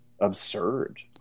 absurd